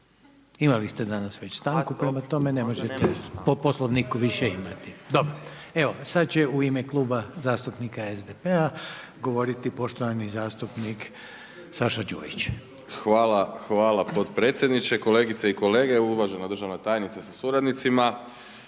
Imali ste već danas stanku, prema tome ne možete po Poslovniku više imati. Dobro. Evo sada će u ime Kluba zastupnika SDP-a govoriti poštovani zastupnik Saša Đujić. **Đujić, Saša (SDP)** Hvala potpredsjedniče. Kolegice i kolege, uvažena državna tajnice sa suradnicima.